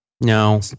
no